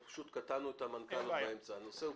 פשוט קטענו את המנכ"ל באמצע דבריו.